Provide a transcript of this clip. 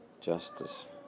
Justice